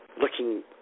looking